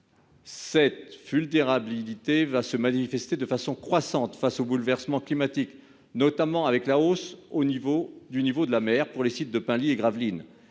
Cette vulnérabilité se manifestera de façon croissante du fait des bouleversements climatiques à venir, notamment avec la hausse du niveau de la mer pour les sites de Penly et Gravelines.